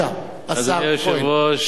חס ושלום,